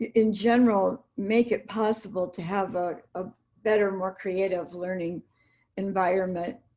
in general, make it possible to have ah a better, more creative learning environment,